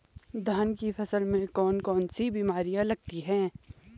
धान की फसल में कौन कौन सी बीमारियां लगती हैं?